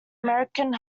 american